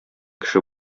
кеше